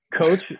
coach